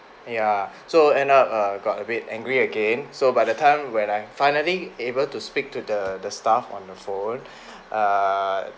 ya so end up err got a bit angry again so by the time when I finally able to speak to the the staff on the phone err